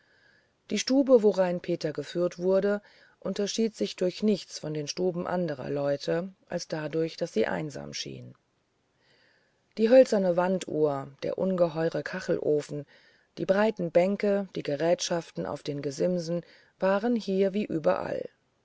die stube worein peter geführt wurde unterschied sich durch nichts von den stuben anderer leute als dadurch daß sie einsam schien die hölzerne wanduhr der ungeheure kachelofen die breiten bänke die gerätschaften auf den gesimsen waren hier wie überall